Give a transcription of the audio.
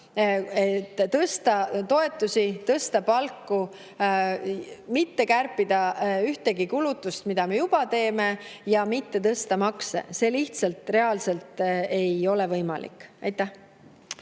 tõsta toetusi, tõsta palku, mitte kärpida ühtegi kulutust, mida me juba teeme, ja mitte tõsta makse. See lihtsalt ei ole reaalselt võimalik. Aitäh!